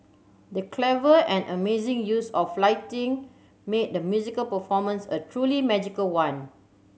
the clever and amazing use of lighting made the musical performance a truly magical one